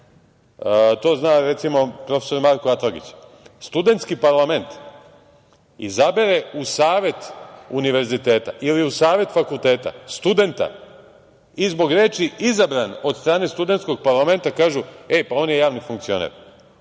to zna prof. dr Marko Atlagić. Studentski parlament izabere u savet univerziteta ili u savet fakulteta studenta i zbog reči – izabran od strane studentskog parlamenta, kažu – e, pa on je javni funkcioner.